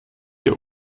dir